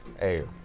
Hey